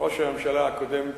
ראש הממשלה הקודם,